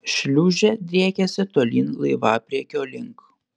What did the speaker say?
šliūžė driekėsi tolyn laivapriekio link